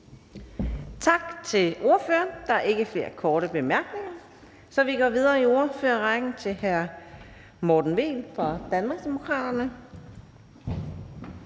Tak til ordføreren. Der er ikke flere korte bemærkninger. Så vi går videre i ordførerrækken til hr. Morten Vehl fra Danmarksdemokraterne.